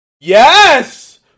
yes